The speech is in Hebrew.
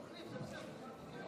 חברת הכנסת מירב